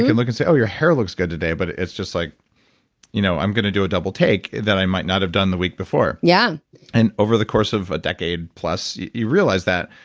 could look and say, oh, your hair looks good today, but it's just, like you know i'm going to do a double-take that i might not have done the week before yeah and over the course of a decade-plus, you realize that.